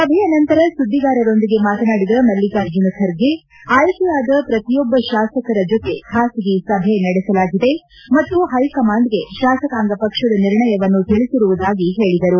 ಸಭೆಯ ನಂತರ ಸುದ್ವಿಗಾರರೊಂದಿಗೆ ಮಾತನಾಡಿದ ಮಲ್ಲಿಕಾರ್ಜುನ ಖರ್ಗೆ ಆಯ್ಲೆಯಾದ ಪ್ರತಿಯೊಬ್ಲ ಶಾಸಕರ ಜತೆ ಖಾಸಗಿ ಸಭೆ ನಡೆಸಲಾಗಿದೆ ಮತ್ತು ಹೈಕಮಾಂಡ್ಗೆ ಶಾಸಕಾಂಗ ಪಕ್ಷದ ನಿರ್ಣಯವನ್ನು ತಿಳಿಸುವುದಾಗಿ ಹೇಳಿದರು